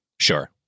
Sure